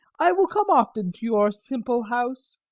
i will come often to your simple house.